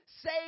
say